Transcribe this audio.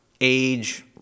age